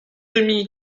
demi